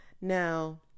Now